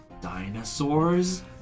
Dinosaurs